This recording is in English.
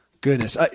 Goodness